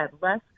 less